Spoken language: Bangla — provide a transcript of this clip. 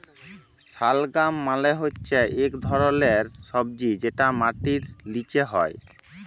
শালগাম মালে হচ্যে ইক ধরলের সবজি যেটা মাটির লিচে হ্যয়